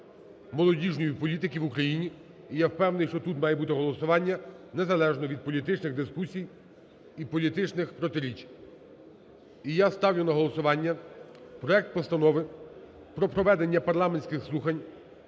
молодіжної політики в Україні. І я впевнений, що тут має бути голосування незалежно від політичних дискусій і політичних протиріч. І я ставлю на голосування проект Постанови про проведення парламентських слухань